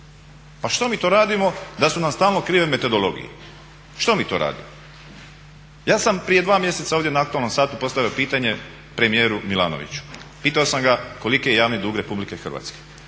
Pa što mi to radimo da su nam stalno krive metodologije? Što mi to radimo? Ja sam prije 2 mjeseca ovdje na aktualnom satu postavio pitanje premijeru Milanoviću. Pitao sam ga koliki je javni dug Republike Hrvatske.